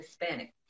Hispanic